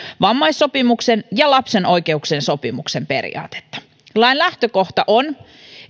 vammaissopimuksen ja lapsen oikeuksien sopimuksen periaatetta lain lähtökohta on